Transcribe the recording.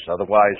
Otherwise